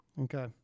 Okay